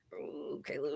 okay